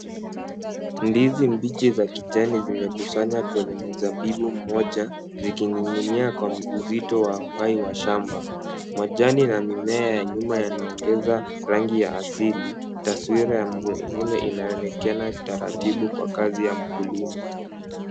Ndizi mbichi za kijani zimekusanywa kwenye mzabibu mmoja zikining'inia kwa uzito wa uhai wa shamba. Majani na mimea ya nyuma yanaongeza rangi ya asili, taswira ya mavuno inaonekana taratibu kwa kazi ya mkulima.